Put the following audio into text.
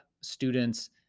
students